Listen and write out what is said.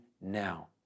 now